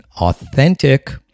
authentic